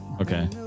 Okay